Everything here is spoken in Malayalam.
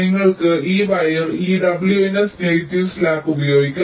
നിങ്ങൾക്ക് ഈ വയർ ഈ WNS നെഗറ്റീവ് സ്ലാക്ക് ഉപയോഗിക്കാം